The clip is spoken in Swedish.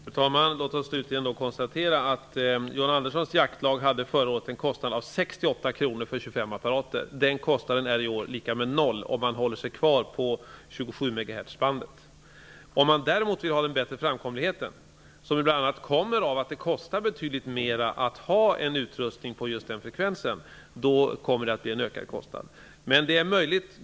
Fru talman! Låt oss konstatera att John Anderssons jaktlag förra året hade en kostnad av 68 kr för 25 apparater. Den kostnaden är i år 0 kr, om man håller sig kvar på 27 MHz-bandet. Om man däremot vill ha den bättre framkomligheten, som bl.a. kommer av att det kostar betydligt mer att ha en utrustning på just den frekvensen, kommer kostnaden att öka.